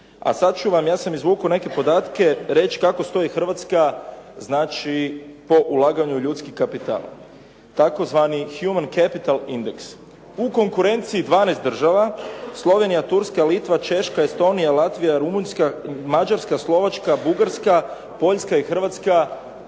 A sad ću vam, ja sam izvukao neke podatke reći kako stoji Hrvatska znači po ulaganju u ljudski kapital, tzv. human capital indeks. U konkurenciji 12 država Slovenija, Turska, Litva, Češka, Estonija, Latvija, Rumunjska, Mađarska, Slovačka, Bugarska, Poljska i Hrvatska